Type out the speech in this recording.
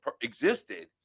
existed